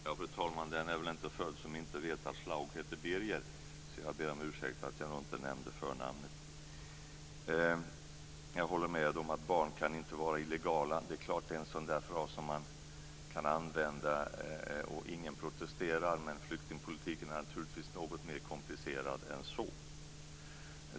Fru talman! Den är väl inte född som inte vet att Schlaug heter Birger. Så jag ber om ursäkt för att jag inte nämnde förnamnet. Jag håller med om att barn inte kan vara illegala. Det är klart; det är en sådan där fras som man kan använda och ingen protesterar. Men flyktingpolitiken är naturligtvis något mer komplicerad än så.